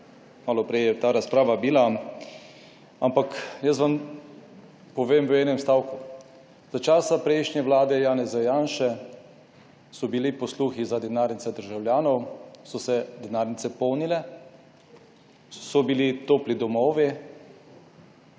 Malo prej je ta razprava bila, ampak, jaz vam povem v enem stavku, za časa prejšnje vlade Janeza Janše so bili posluhi za denarnice državljanov, so se denarnice polnile, so bili topli domovi,